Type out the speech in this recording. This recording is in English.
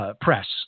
Press